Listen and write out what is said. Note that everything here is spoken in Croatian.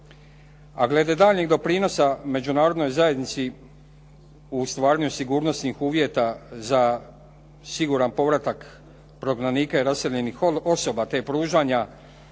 a glede daljnjeg doprinosa međunarodnoj zajednici u stvaranju sigurnosnih uvjeta za siguran povratak prognanika i raseljenih osoba, te pružanja